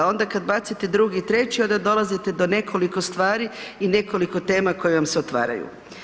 A onda kada bacite drugi treći onda dolazite do nekoliko stvari i nekoliko tema koje vam se otvaraju.